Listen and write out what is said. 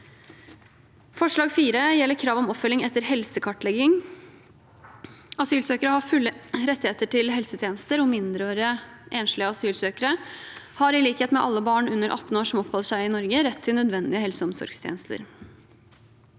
Forslag nr. 4 gjelder krav om oppfølging etter helsekartlegging. Asylsøkere har fulle rettigheter til helsetjenester, og enslige mindreårige asylsøkere har i likhet med alle barn under 18 år som oppholder seg i Norge, rett til nødvendige helse- og omsorgstjenester.